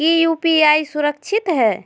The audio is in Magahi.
की यू.पी.आई सुरक्षित है?